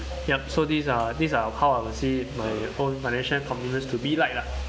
yup so these are these are how I will see my own financial commitments to be like lah